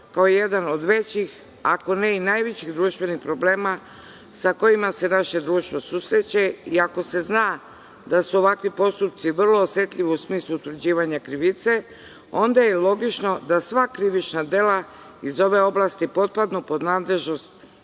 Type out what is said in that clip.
kao jedan od većih, ako ne i najvećih društvenih problema sa kojima se naše društvo susreće, iako se zna da su ovakvi postupci vrlo osetljivi u smislu utvrđivanja krivice, onda je logično da sva krivična dela iz ove oblasti podpadnu pod nadležnost